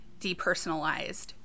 depersonalized